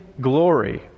glory